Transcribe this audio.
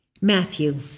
Matthew